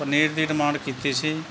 ਪਨੀਰ ਦੀ ਡਿਮਾਂਡ ਕੀਤੀ ਸੀ